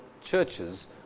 churches